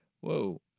Whoa